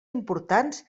importants